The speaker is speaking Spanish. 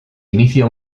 inicia